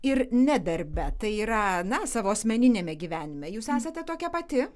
ir ne darbe tai yra na savo asmeniniame gyvenime jūs esate tokia pati